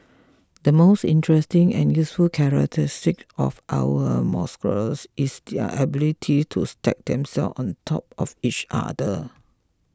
the most interesting and useful characteristic of our molecules is their ability to stack themselves on top of each other